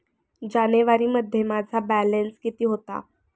जानेवारीमध्ये माझा बॅलन्स किती होता?